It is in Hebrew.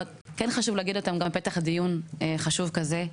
אבל כן חשוב להגיד אותם גם בפתח דיון חשוב כזה,